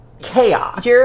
chaos